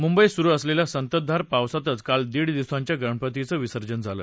मुंबईत सुरू असलेल्या संततधार पावसातच काल दीड दिवसांच्या गणपतींचं विसर्जन झालं